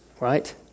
right